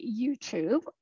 YouTube